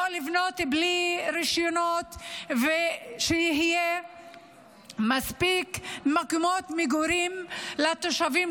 לבנות בלי רישיונות ושיהיו מספיק מקומות מגורים לתושבים,